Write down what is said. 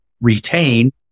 retain